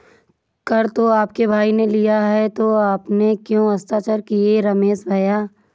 कर तो आपके भाई ने लिया है तो आपने क्यों हस्ताक्षर किए रमेश भैया?